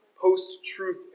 post-truth